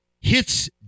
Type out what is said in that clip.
Hits